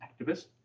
activist